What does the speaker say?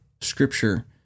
Scripture